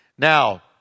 Now